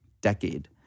decade